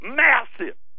massive